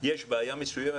יש בעיה מסוימת,